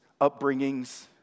upbringings